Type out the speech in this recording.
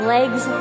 Legs